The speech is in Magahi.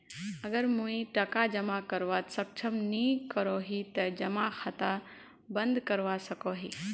अगर मुई टका जमा करवात सक्षम नी करोही ते जमा खाता बंद करवा सकोहो ही?